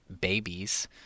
babies